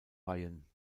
weihen